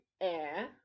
Air